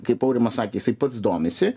kaip aurimas sakė jisai pats domisi